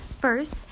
First